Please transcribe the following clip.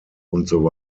usw